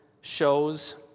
shows